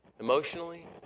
emotionally